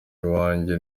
iwanjye